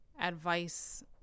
advice